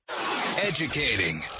Educating